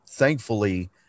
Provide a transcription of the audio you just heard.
Thankfully